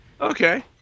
Okay